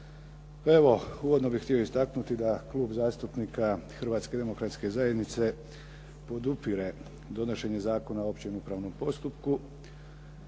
evo, uvodno bih htio istaknuti da Klub zastupnika Hrvatske demokratske zajednice podupire donošenje Zakona o općem upravnom postupku